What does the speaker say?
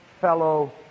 fellow